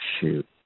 shoot